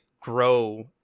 grow